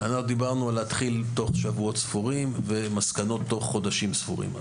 דיברנו על התחלה בתוך שבועות ספורים ומסקנות בתוך חודשים ספורים.